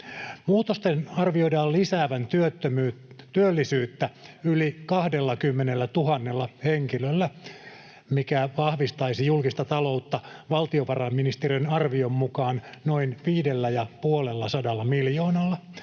Muutosten arvioidaan lisäävän työllisyyttä yli 20 000 henkilöllä, mikä vahvistaisi julkista taloutta valtiovarainministeriön arvion mukaan noin 550 miljoonalla,